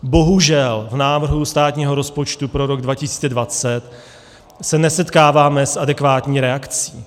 Bohužel v návrhu státního rozpočtu pro rok 2020 se nesetkáváme s adekvátní reakcí.